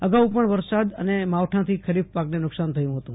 અગાઉ પણ વરસાદ અને માવઠા થી ખરીકપાકને નુકશાન થયું હતું